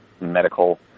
medical